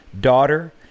daughter